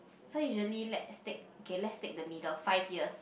so usually let's take k let's take the middle five years